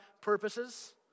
purposes